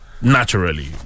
naturally